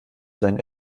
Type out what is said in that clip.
seinen